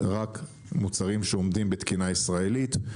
רק מוצרים שעומדים בתקינה ישראלית.